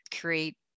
create